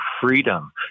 freedom